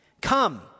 Come